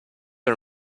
are